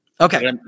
Okay